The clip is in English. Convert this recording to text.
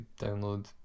download